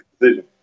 decision